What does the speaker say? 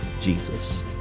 Jesus